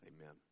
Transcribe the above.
Amen